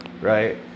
right